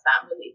family